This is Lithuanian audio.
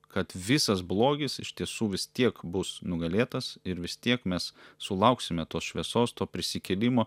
kad visas blogis iš tiesų vis tiek bus nugalėtas ir vis tiek mes sulauksime tos šviesos to prisikėlimo